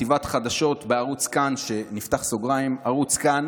חטיבת חדשות בערוץ כאן, נפתח סוגריים: ערוץ כאן